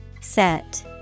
Set